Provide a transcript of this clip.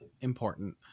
important